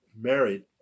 married